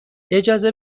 اجازه